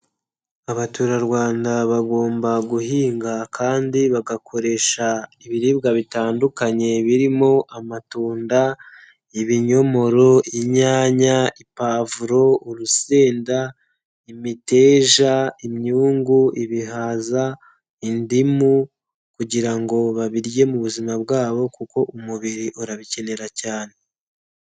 Abaturarwanda bagomba guhinga kandi bagakoresha ibiribwa bitandukanye birimo: amatunda, ibinyomoro, inyanya, ipavuro, urusenda, imiteja, imyungu, ibihaza, indimu, kugira ngo babirye mu buzima bwabo kuko umubiri urabikenera cyane.